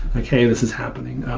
like, hey, this is happening.